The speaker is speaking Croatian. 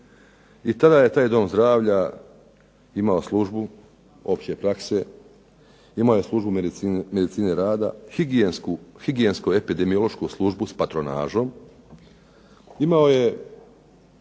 i tada je taj dom zdravlja imao službu opće prakse, imao je službu medicine rada, higijensko-epidemiološku službu s patronažom, imao je